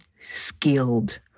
skilled